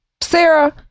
Sarah